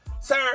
sir